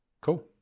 cool